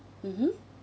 mmhmm